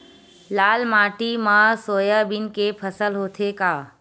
लाल माटी मा सोयाबीन के फसल होथे का?